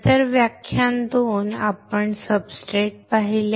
नंतर व्याख्यान 2 आपण सबस्ट्रेट्स पाहिले